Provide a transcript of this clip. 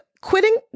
quitting